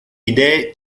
idee